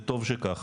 וטוב שכך.